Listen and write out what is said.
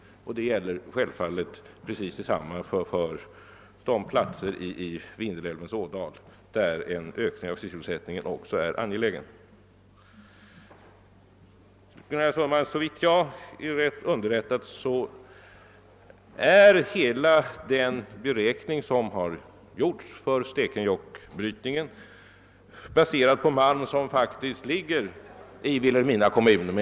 Självfallet är förhållandet precis detsamma på de platser i Vindelälvens ådal, där en ökning av sysselsättningen också är angelägen. Såvitt jag är rätt underrättad, herr Sundman, är hela den beräkning som gjorts för Stekenjokkbrytningen baserad på malm, som faktiskt ligger i Vilhelmina kommun.